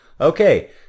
Okay